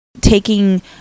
taking